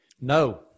No